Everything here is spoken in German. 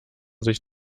sich